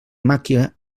màquia